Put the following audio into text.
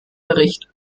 bericht